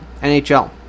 nhl